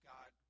God